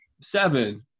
seven